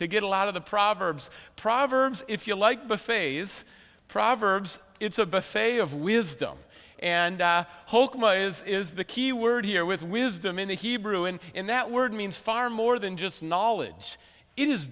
to get a lot of the proverbs proverbs if you like buffets proverbs it's a buffet of wisdom and hokum a is is the key word here with wisdom in the hebrew and in that word means far more than just knowledge i